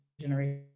generation